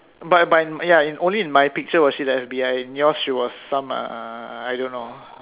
but but in ya only in my picture was she the F_B_I in yours she was some uh I don't know